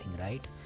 right